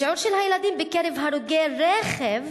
השיעור של הילדים בקרב הרוגי רכב